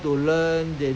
so from there